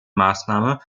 maßnahme